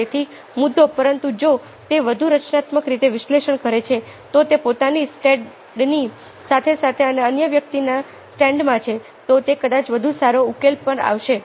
તેથી મુદ્દો પરંતુ જો તે વધુ રચનાત્મક રીતે વિશ્લેષણ કરે છે તો તે પોતાના સ્ટેન્ડની સાથે સાથે અન્ય વ્યક્તિના સ્ટેન્ડમાં છે તો તે કદાચ વધુ સારા ઉકેલ પર આવશે